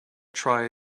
try